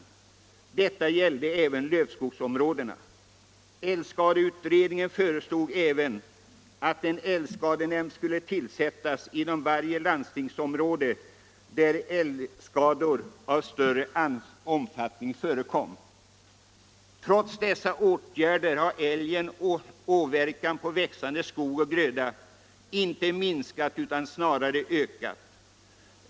Detta gällde även i lövskogsområdena. Älgskadeutredningen föreslog även att en älgskadenämnd skulle tillsättas inom varje landstingsområde där älgskador av större omfattning förekom. Trots dessa åtgärder har älgens åverkan på växande skog och gröda inte minskat utan snarare ökat.